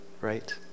right